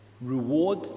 reward